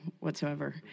whatsoever